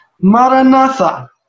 Maranatha